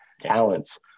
talents